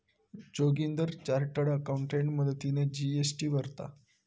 Joginder chartered accountant मदतीने GST भरता